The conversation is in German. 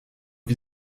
wie